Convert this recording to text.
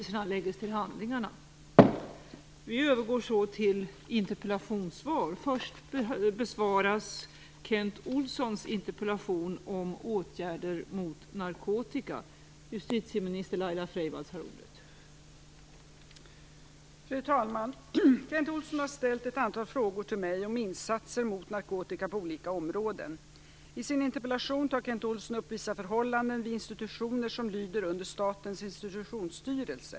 Fru talman! Kent Olsson har ställt ett antal frågor till mig om insatser mot narkotika på olika områden. I sin interpellation tar Kent Olsson upp vissa förhållanden vid institutioner som lyder under Statens Institutionsstyrelse.